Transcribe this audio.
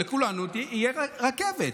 ולכולנו תהיה רכבת.